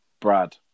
Brad